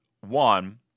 One